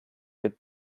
get